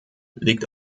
liegt